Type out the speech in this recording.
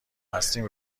هستیم